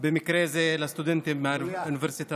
ובמקרה זה, לסטודנטים באוניברסיטאות.